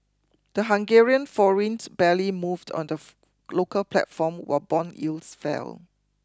the Hungarian forint barely moved on the local platform while bond yields fell